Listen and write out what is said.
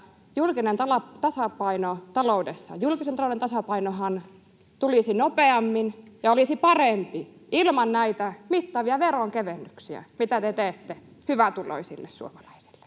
julkisen talouden tasapainohan tulisi nopeammin ja olisi parempi ilman näitä mittavia veronkevennyksiä, mitä te teette hyvätuloisille suomalaisille?